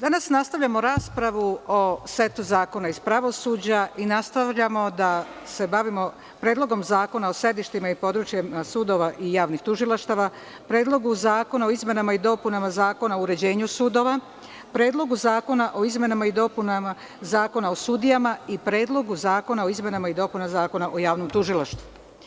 danas nastavljamo raspravu o setu zakona iz pravosuđa i nastavljamo da se bavimo Predlogom zakona o sedištima i područjima sudova i javnih tužilaštava, Predlogu zakona o izmenama i dopunama Zakona o uređenju sudova, Predlogu zakona o izmenama i dopunama Zakona o sudijama i Predlogu zakona o izmenama i dopunama Zakona o javnom tužilaštvu.